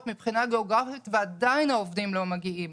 מבחינה גיאוגרפית ועדיין העובדים לא מגיעים.